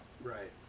Right